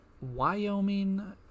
Wyoming